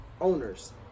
owners